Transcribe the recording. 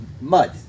mud